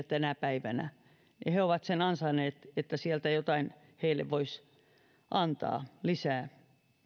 tänä päivänä he ovat sen ansainneet että sieltä jotain heille voisi antaa lisää